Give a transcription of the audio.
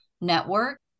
network